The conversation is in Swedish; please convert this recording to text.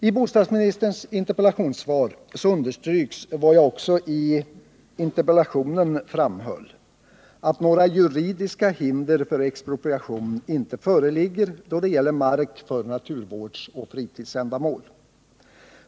I bostadsministerns interpellationssvar understryks vad jag också i interpellationen framför, att några juridiska hinder för expropriation inte föreligger då det gäller mark för naturvårdsoch fritidsändamål.